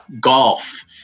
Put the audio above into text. golf